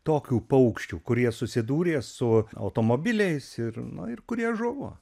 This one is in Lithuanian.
tokių paukščių kurie susidūrė su automobiliais ir na ir kurie žuvo